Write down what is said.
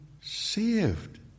saved